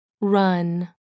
run